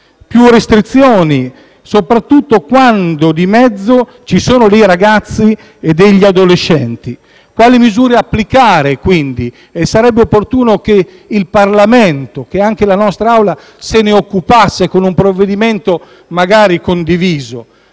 e restrizioni, soprattutto quando di mezzo ci sono dei ragazzi e degli adolescenti. Quali misure applicare? Sarebbe opportuno che il Parlamento e la nostra Aula se ne occupassero con un provvedimento condiviso.